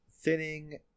thinning